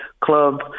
club